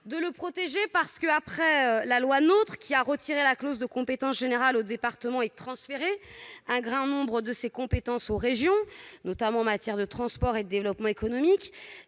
de le protéger. La loi NOTRe a déjà retiré la clause de compétence générale aux départements et transféré un grand nombre de leurs compétences aux régions, notamment en matière de transport et de développement économique.